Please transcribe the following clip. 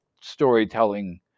storytelling